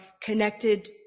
connected